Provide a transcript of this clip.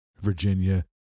Virginia